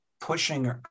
pushing